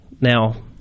Now